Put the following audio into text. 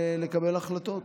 לקבל החלטות